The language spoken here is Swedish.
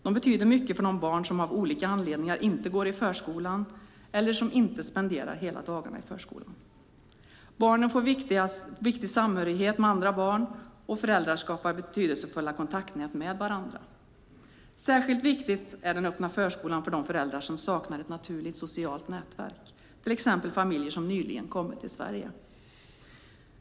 De betyder mycket för de barn som av olika anledningar inte går i förskolan eller som inte tillbringar hela dagarna i förskolan. Barnen får viktig samhörighet med andra barn, och föräldrar skapar betydelsefulla kontaktnät med varandra. Särskilt viktig är den öppna förskolan för de föräldrar som saknar ett naturligt socialt nätverk, till exempel familjer som nyligen kommit till Sverige.